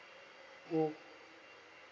oh